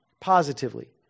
positively